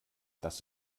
das